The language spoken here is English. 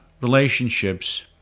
relationships